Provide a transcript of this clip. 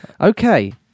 Okay